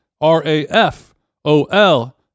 R-A-F-O-L